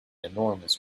enormous